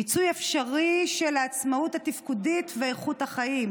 מיצוי אפשרי של העצמאות התפקודית ואיכות החיים,